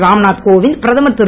ராம்நாத் கோவிந்த் பிரதமர் திரு